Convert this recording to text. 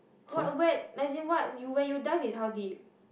what wet as in what you when you dive is how deep